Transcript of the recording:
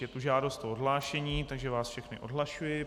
Je tu žádost o odhlášení, takže vás všechny odhlašuji.